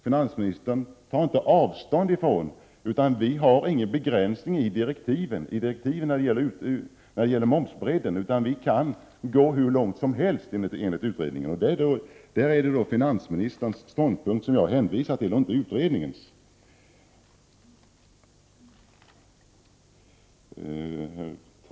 Finansministern har i direktiven inte angivit någon begränsning när det gäller momsbredden, utan utredningen kan gå hur långt som helst i det avseendet. Därvidlag är det finansministerns ståndpunkt som jag hänvisar till och inte utredningens.